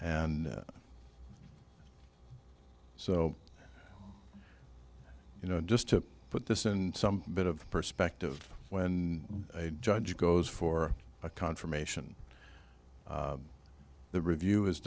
and so you know just to put this in some bit of perspective when a judge goes for a confirmation the review is